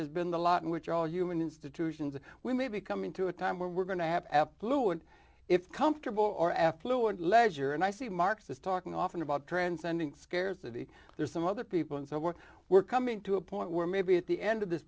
has been the law in which all human institutions are we may be coming to a time where we're going to have app blue and it's comfortable or affluent leisure and i see marxist talking often about transcending scarcity there's some other people and so we're we're coming to a point where maybe at the end of this